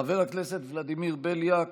חבר הכנסת ולדימיר בליאק,